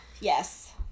Yes